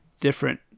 different